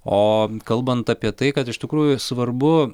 o kalbant apie tai kad iš tikrųjų svarbu